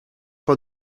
for